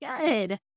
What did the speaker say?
Good